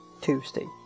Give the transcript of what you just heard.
Tuesday